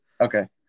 okay